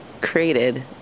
created